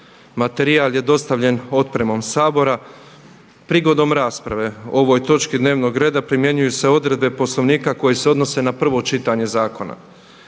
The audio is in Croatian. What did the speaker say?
materijal je dostavljen otpremom Sabora. Prigodom rasprave o ovoj točki dnevnog reda primjenjuju se odredbe Poslovnika koje se odnose na prvo čitanje zakona.